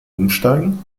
umsteigen